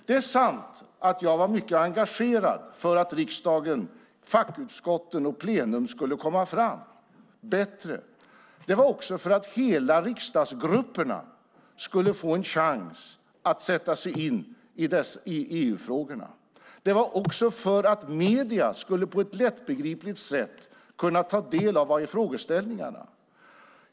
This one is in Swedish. Det är sant att jag var mycket engagerad för att riksdagen, fackutskotten och plenum skulle komma fram bättre. Det var också för att hela riksdagsgrupperna skulle få en chans att sätta sig in i EU-frågorna och för att medierna på ett lättbegripligt sätt skulle kunna ta del av vad frågeställningarna är.